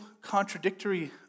contradictory